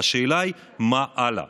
והשאלה היא מה הלאה.